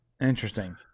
Interesting